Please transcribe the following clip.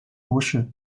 都市